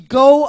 go